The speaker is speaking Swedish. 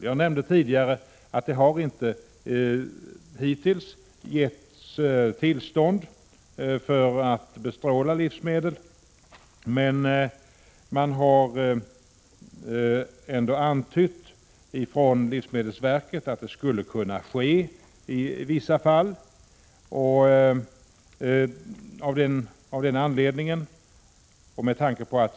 Jag nämnde tidigare att det hittills inte har getts tillstånd för att bestråla livsmedel, men livsmedelsverket har ändå antytt att det skulle kunna ske i vissa fall.